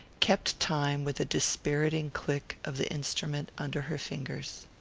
kept time with the dispiriting click of the instrument under her fingers.